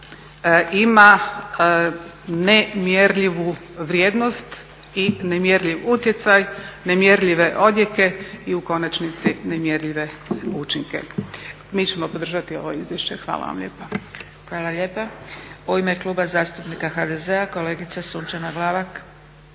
ima nemjerljivu vrijednost i nemjerljiv utjecaj, nemjerljive odjeke i u konačnici nemjerljive učinke. Mi ćemo podržati ovo izvješće. Hvala vam lijepa. **Zgrebec, Dragica (SDP)** Hvala lijepa. U ime Kluba zastupnika HDZ-a kolegica Sunčana Glavak.